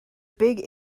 big